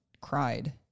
cried